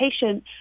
patient